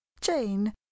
Jane